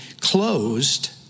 closed